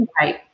Right